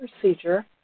procedure